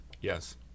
Yes